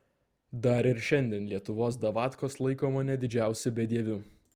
dar ir šiandien lietuvos davatkos laiko mane didžiausiu bedieviu